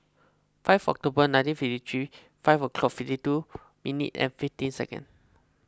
five October nineteen fifty three five o'clock fifty two minute and fifteen second